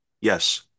yes